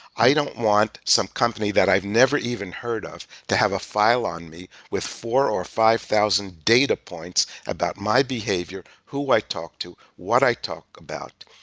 i don't want some company that i've never even heard of to have a file on me with four thousand or five thousand data points about my behavior, who i talk to, what i talk about.